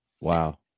Wow